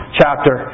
chapter